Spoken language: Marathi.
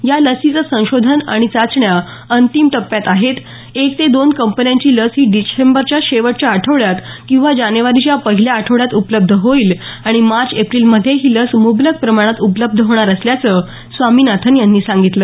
या लसीचं संशोधन आणि चाचण्या अंतिम टप्प्यात आहेत एक ते दोन कंपन्यांची लस ही डिसेंबरच्या शेवटच्या आठवड्यात किंवा जानेवारीच्या पहिल्या आठवड्यात उपलब्ध होईल आणि मार्च एप्रिल मध्ये ही लस मुबलक प्रमाणात उपलब्ध होणार असल्याचं स्वामिनाथन यांनी सांगितलं